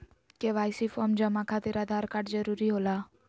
KYC form जमा खातिर Aadhaar card जरूरी होला?